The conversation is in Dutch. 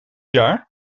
jaar